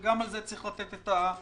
גם על זה יש לתת את הדעת,